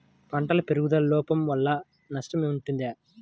పంటల పెరుగుదల లోపం వలన నష్టము ఉంటుందా?